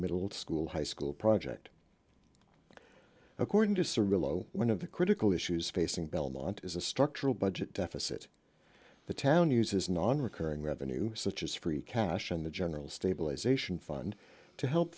middle school high school project according to cirilo one of the critical issues facing belmont is a structural budget deficit the town uses nonrecurring revenue such as free cash and the general stabilization fund to help